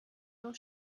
uhr